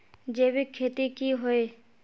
जैविक खेती की होय?